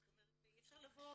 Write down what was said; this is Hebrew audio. זאת אומרת שאי אפשר לבוא